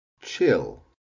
chill